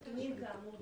נתונים, כאמור,